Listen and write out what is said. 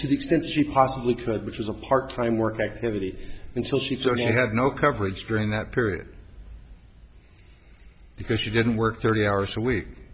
to the extent she possibly could which was a part time work activity until she saw he had no coverage during that period because she didn't work thirty hours a week